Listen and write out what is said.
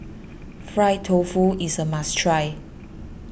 Fried Tofu is a must try